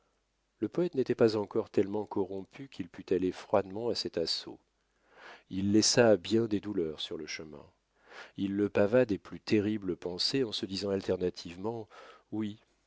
le poète n'était pas encore tellement corrompu qu'il pût aller froidement à cet assaut il laissa bien des douleurs sur le chemin il le pava des plus terribles pensées en se disant alternativement oui